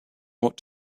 what